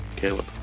Caleb